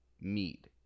meat